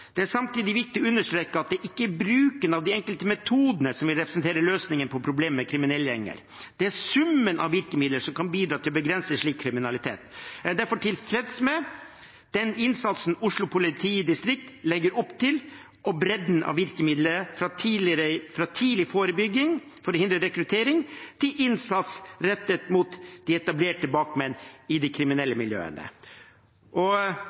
Det er samtidig viktig å understreke at det ikke er bruken av de enkelte metodene som vil representere løsningen på problemet med kriminelle gjenger, det er summen av virkemidler som kan bidra til å begrense slik kriminalitet. Jeg er derfor tilfreds med den innsatsen Oslo politidistrikt legger opp til, og bredden av virkemidler – fra tidlig forebygging for å hindre rekruttering til innsats rettet mot de etablerte bakmenn i de